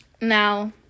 Now